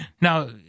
Now